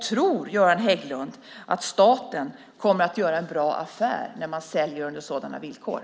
Tror Göran Hägglund att staten kommer att göra en bra affär när man säljer under sådana villkor?